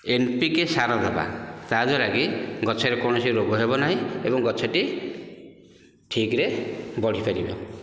N P K ସାର ଦେବା ତାଦ୍ଵାରା କି ଗଛରେ କୌଣସି ରୋଗ ହେବନାହିଁ ଏବଂ ଗଛଟି ଠିକରେ ବଢ଼ିପାରିବ